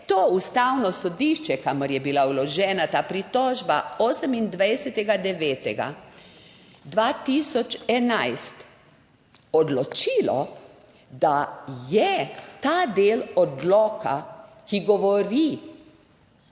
to Ustavno sodišče, kamor je bila vložena ta pritožba, 28. 9. 2011 odločilo, da je ta del odloka, ki govori